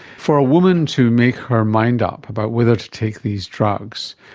for a woman to make her mind up about whether to take these drugs,